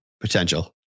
Potential